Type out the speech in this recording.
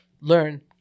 learn